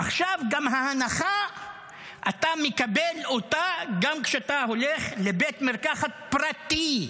עכשיו את ההנחה אתה מקבל גם כשאתה הולך לבית מרקחת פרטי.